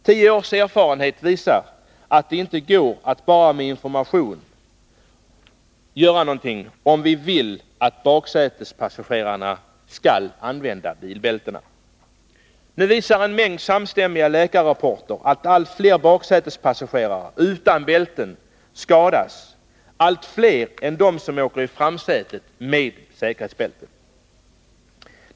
Tio års erfarenhet visar att det inte går att bara med information göra någonting, om vi vill att baksätespassagerarna skall använda bilbältena. Nu visar en mängd samstämmiga läkarrapporter att allt fler baksätespassagerare utan bälten skadas, fler än de som åker i framsätet med säkerhetsbältet.